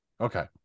Okay